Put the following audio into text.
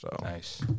Nice